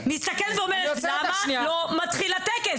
לעצמי, למה לא מתחיל הטקס?